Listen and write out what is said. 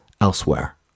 elsewhere